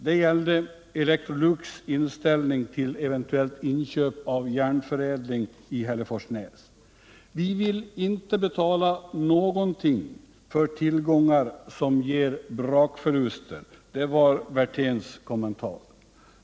Det gällde Elektrolux” inställning till eventuellt inköp av Järnförädling i Hälleforsnäs. ”Vi vill inte betala någonting för tillgångar som ger brakförluster”, var Werthéns kommentar.